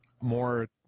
more